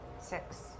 Six